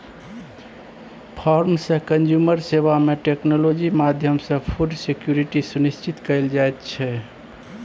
farm सँ consumer सेबा मे टेक्नोलॉजी माध्यमसँ फुड सिक्योरिटी सुनिश्चित कएल जाइत छै